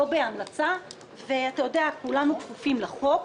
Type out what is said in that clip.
לא בהמלצה, ואתה יודע, כולנו כפופים לחוק.